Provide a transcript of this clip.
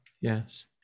yes